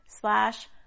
slash